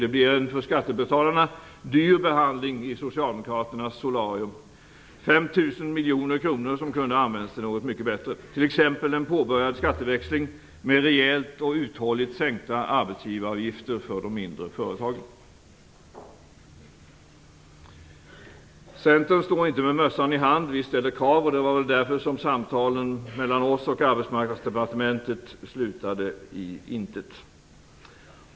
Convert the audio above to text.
Det blir en för skattebetalarna dyr behandling i socialdemokraternas solarium - 5 000 miljoner kronor, som kunde ha använts till något mycket bättre, t.ex. en påbörjad skatteväxling, med rejält och uthålligt sänkta arbetsgivaravgifter för de mindre företagen. Centern står inte med mössan i hand, utan vi ställer krav. Det var väl därför som samtalen mellan oss och Arbetsmarknadsdepartementet slutade i intet.